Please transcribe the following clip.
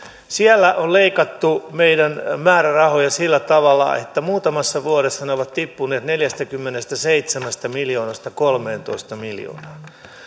siellä on leikattu meidän määrärahoja sillä tavalla että muutamassa vuodessa ne ovat tippuneet neljästäkymmenestäseitsemästä miljoonasta kolmeentoista miljoonaan